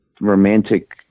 romantic